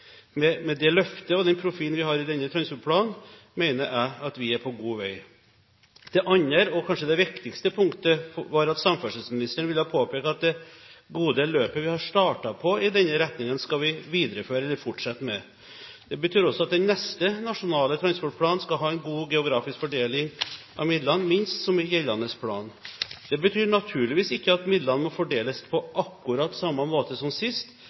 Med det løftet og den profilen vi har i denne transportplanen, mener jeg at vi er på god vei. Det andre – og kanskje det viktigste punktet – var at samferdselsministeren vil påpeke at det gode løpet vi har startet på i denne retningen, skal vi fortsette med. Det betyr også at den neste nasjonale transportplanen skal ha en god geografisk fordeling av midlene, minst som i gjeldende plan. Det betyr naturligvis ikke at midlene må fordeles på akkurat samme måte som sist,